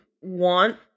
want